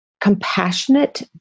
compassionate